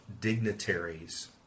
dignitaries